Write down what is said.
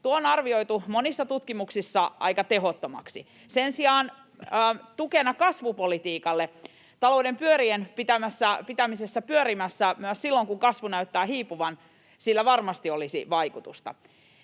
tuo on arvioitu monissa tutkimuksissa aika tehottomaksi. Sen sijaan tukena kasvupolitiikalle talouden pyörien pitämisessä pyörimässä myös silloin, kun kasvu näyttää hiipuvan, sillä varmasti olisi vaikutusta.